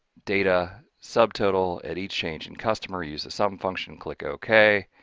data, subtotal, at each change in customer use the sum function, click ok.